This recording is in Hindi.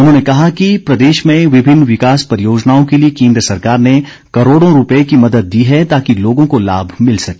उन्होंने कहा कि प्रदेश में विभिन्न विकास परियोजनाओं के लिए केन्द्र सरकार ने करोड़ों रूपये की मदद दी है ताकि लोगों को लाभ मिल सके